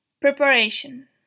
Preparation